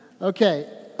Okay